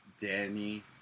Danny